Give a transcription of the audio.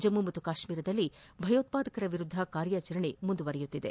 ಜಮ್ಮ ಮತ್ತು ಕಾತ್ಮೀರದಲ್ಲಿ ಭಯೋತ್ಪಾದಕರ ವಿರುದ್ದ ಕಾರ್ಯಾಚರಣೆ ಮುಂದುವರೆದಿದೆ